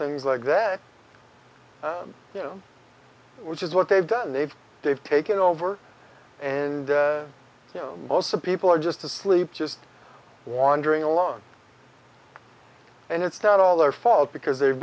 things like that you know which is what they've done they've they've taken over and you know most people are just asleep just wandering alone and it's not all their fault because they've